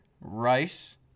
rice